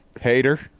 hater